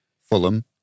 Fulham